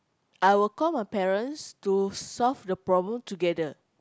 I will call my parents to solve the problem together